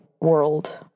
world